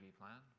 plan